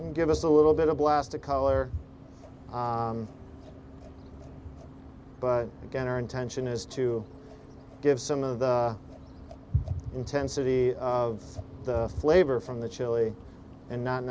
is give us a little bit a blast a color but again our intention is to give some of the intensity of the flavor from the chili and not